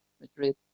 Madrid